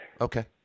Okay